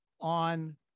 on